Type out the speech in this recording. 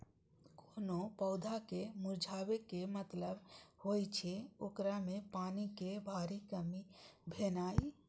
कोनो पौधा के मुरझाबै के मतलब होइ छै, ओकरा मे पानिक भारी कमी भेनाइ